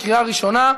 בקריאה ראשונה.